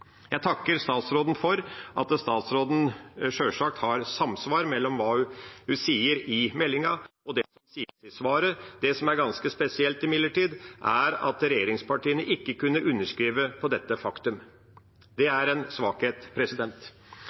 Jeg takker statsråden for at det sjølsagt er samsvar mellom det hun sier i meldinga, og det hun sier i svaret. Det som imidlertid er ganske spesielt, er at regjeringspartiene ikke kunne underskrive på dette faktum. Det er en svakhet.